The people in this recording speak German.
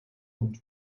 und